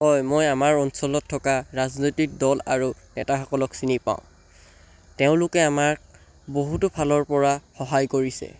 হয় মই আমাৰ অঞ্চলত থকা ৰাজনৈতিক দল আৰু নেতাসকলক চিনি পাওঁ তেওঁলোকে আমাক বহুতো ফালৰপৰা সহায় কৰিছে